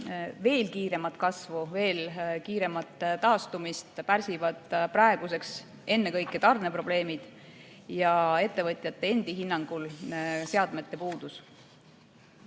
Veel kiiremat kasvu, veel kiiremat taastumist pärsivad praeguseks ennekõike tarneprobleemid ja ettevõtjate endi hinnangul seadmete puudus.